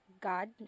god